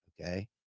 Okay